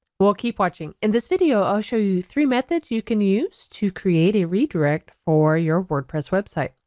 well keep watching, in this video i'll show you three methods you can use to create a redirect for your wordpress website.